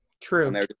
True